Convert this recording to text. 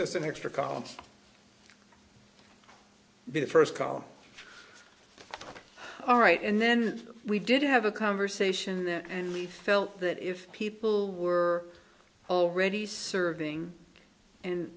just an extra column be the first column all right and then we did have a conversation there and we felt that if people were already serving and